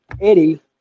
Eddie